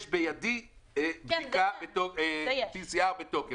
שתהיה רובריקה שהוא חייב למלא: יש בידי PCR בתוקף.